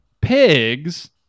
Pigs